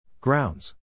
Grounds